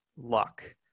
luck